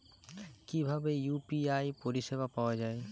কিভাবে ইউ.পি.আই পরিসেবা পাওয়া য়ায়?